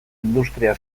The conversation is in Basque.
industria